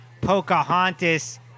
Pocahontas